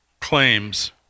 claims